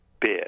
bid